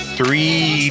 Three